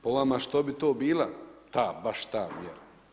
Po vama što bi to bila ta, baš ta mjera?